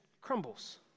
crumbles